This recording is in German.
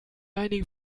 einigen